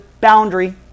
boundary